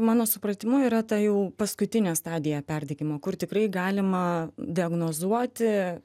mano supratimu yra ta jau paskutinė stadija perdegimo kur tikrai galima diagnozuoti